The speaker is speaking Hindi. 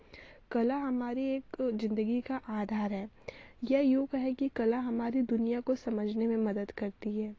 कला हमारी एक ज़िंदगी का आधार है या यूँ कहें कि कला हमारी दुनिया को समझने में मदद करती है